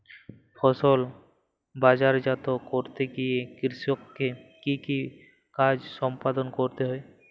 ফসল বাজারজাত করতে গিয়ে কৃষককে কি কি কাজ সম্পাদন করতে হয়?